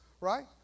right